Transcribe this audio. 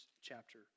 chapter